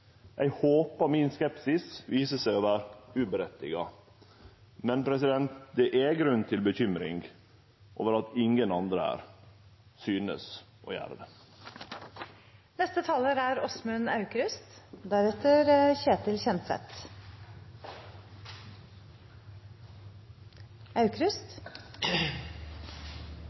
Eg håpar skepsisen min viser seg å vere utan grunn. Men det gjev grunn til bekymring at ingen andre her synest å gjere